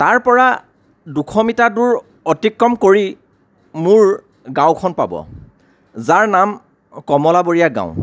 তাৰ পৰা দুশ মিটাৰ দূৰ অতিক্ৰম কৰি মোৰ গাঁওখন পাব যাৰ নাম কমলাবৰীয়া গাঁও